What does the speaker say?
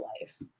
life